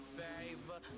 favor